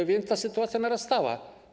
A więc ta sytuacja narastała.